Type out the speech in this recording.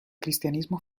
cristianismo